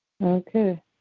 Okay